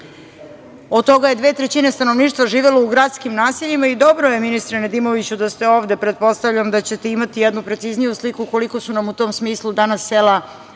Od toga je dve trećine stanovništva živelo u gradskim naseljima. Dobro je, ministre Nedimoviću, da ste ovde. Pretpostavljam da ćete imati jednu precizniju sliku koliko su nam u tom smislu danas sela